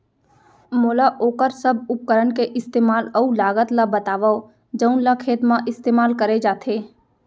मोला वोकर सब उपकरण के इस्तेमाल अऊ लागत ल बतावव जउन ल खेत म इस्तेमाल करे जाथे?